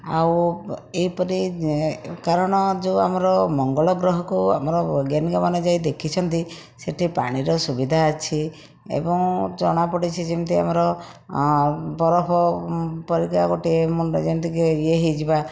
ଆଉ ଏହିପରି କାରଣ ଯେଉଁ ଆମର ମଙ୍ଗଳ ଗ୍ରହକୁ ଆମର ବୈଜ୍ଞାନିକମାନେ ଯାଇ ଦେଖିଛନ୍ତି ସେଇଠି ପାଣିର ସୁବିଧା ଅଛି ଏବଂ ଜଣାପଡୁଛି ଯେମିତି ଆମର ବରଫ ପରିକା ଗୋଟିଏ ମୁଣ୍ଡ ଯେମିତିକି ଇଏ ହୋଇଯିବା